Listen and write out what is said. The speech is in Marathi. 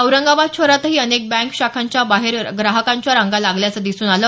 औरंगाबाद शहरातही अनेक बँक शाखांच्या बाहेर ग्राहकांच्या रांगा लागल्याचं दिसून आलं